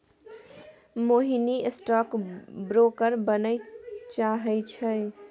मोहिनी stock broker बनय चाहै छै